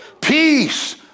peace